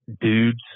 dudes